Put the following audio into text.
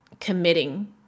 committing